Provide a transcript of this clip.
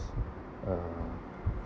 ~s uh